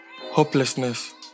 Hopelessness